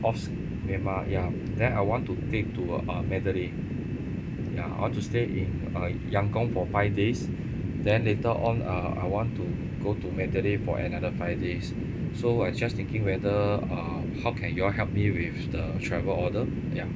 offs~ myanmar ya then I want to take to uh mandalay ya I want to stay in uh yangon for five days then later on uh I want to go to mandalay for another five days so I'm just thinking whether uh how can you help me with the travel order ya